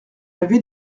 avait